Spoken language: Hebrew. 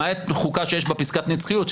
למעט בחוקה שיש בה פסקת נצחיות,